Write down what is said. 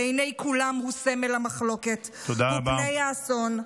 בעיני כולם הוא סמל המחלוקת, הוא פני האסון.